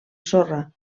sorra